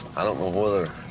i don't know whether